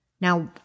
Now